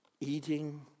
eating